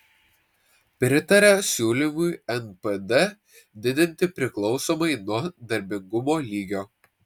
pritaria siūlymui npd didinti priklausomai nuo darbingumo lygio